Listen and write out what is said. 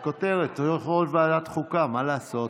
בכותרת, יו"ר ועדת חוקה, מה לעשות.